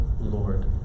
Lord